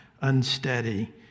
unsteady